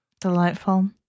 Delightful